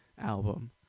album